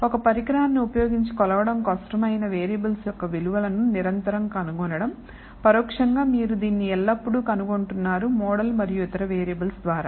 ఒక పరికరాన్ని ఉపయోగించి కొలవడం కష్టం అయిన వేరియబుల్స్ యొక్క విలువలను నిరంతరం కనుగొనడం పరోక్షంగా మీరు దీన్ని ఎల్లప్పుడూ కనుగొటున్నారు మోడల్ మరియు ఇతర వేరియబుల్స్ ద్వారా